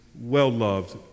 well-loved